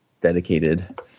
dedicated